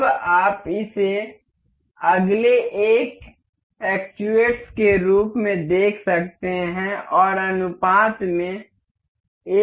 अब आप इसे अगले एक एक्टुवेट्स के रूप में देख सकते हैं और अनुपात में 1 से 15 है